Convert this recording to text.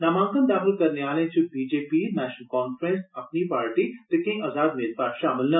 नामांकन दाखल करने आले च B J P National Conference Apni Party ते केई अज़ाद मेदवार षामल न